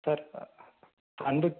sir அன்புக்